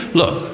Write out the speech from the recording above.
look